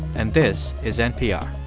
and this is npr